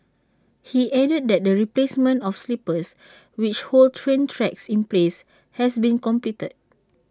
he added that the replacement of sleepers which hold train tracks in place has been completed